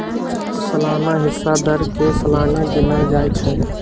सलाना हिस्सा दर के सलाने गिनल जाइ छइ